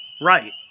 Right